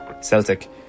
Celtic